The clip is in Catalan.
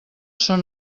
són